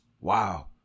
Wow